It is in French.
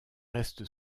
reste